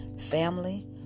family